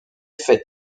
faits